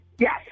yes